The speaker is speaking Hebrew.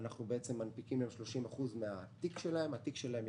אנחנו מנפיקים 30% מן התיק שלהם.